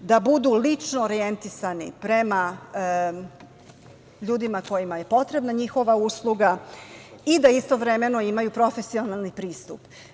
da butu lično orijentisan prema ljudima kojima je potrebna njihova usluga i da istovremeno imaju profesionalni pristup.